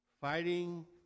fighting